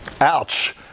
ouch